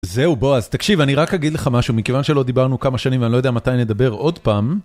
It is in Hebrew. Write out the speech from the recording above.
זהו, בועז, תקשיב, אני רק אגיד לך משהו, מכיוון שלא דיברנו כמה שנים, ואני לא יודע מתי נדבר עוד פעם.